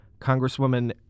Congresswoman